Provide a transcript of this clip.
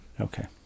Okay